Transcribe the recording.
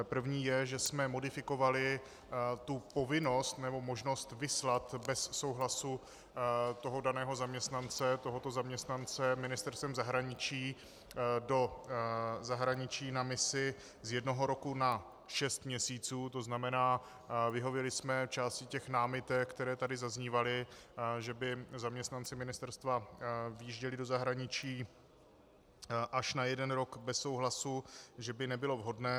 První je, že jsme modifikovali povinnost nebo možnost vyslat bez souhlasu daného zaměstnance tohoto zaměstnance Ministerstvem zahraničí do zahraničí na misi z jednoho roku na šest měsíců, to znamená vyhověli jsme části námitek, které tady zaznívaly, že by zaměstnanci ministerstva vyjížděli do zahraničí až na jeden rok bez souhlasu, že by to nebylo vhodné.